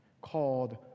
called